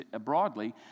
broadly